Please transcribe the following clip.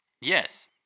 Yes